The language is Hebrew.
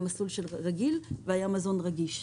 מסלול רגיל והיה מסלול של מזון רגיש.